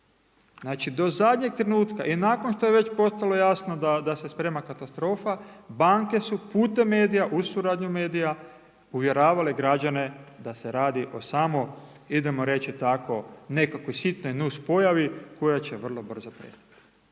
Znači, do zadnjeg trenutka i nakon što je već postalo jasno da se sprema katastrofa, banke su putem medija, uz suradnju medija uvjeravale građane da se radi o samo, idemo reći tako nekakvoj sitnoj nus pojavi koja će vrlo brzo prestati.